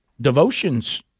devotions